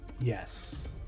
Yes